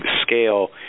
scale